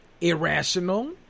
Irrational